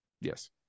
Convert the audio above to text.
Yes